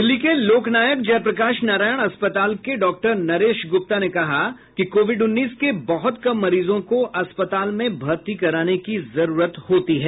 दिल्ली के लोकनायक जयप्रकाश नारायण अस्पताल के डॉक्टर नरेश गुप्ता ने कहा कि कोविड उन्नीस के बहुत कम मरीजों को अस्पताल में भर्ती कराने की जरूरत होती है